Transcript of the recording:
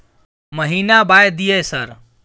महीना बाय दिय सर?